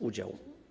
udział.